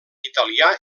italià